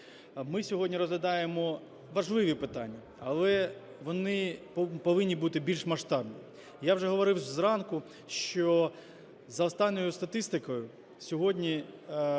Ми сьогодні розглядаємо важливі питання, але вони повинні бути більш масштабні. Я вже говорив зранку, що за останньою статистикою, сьогодні